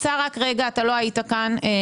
אדוני היושב ראש, אתה לא היית כאן.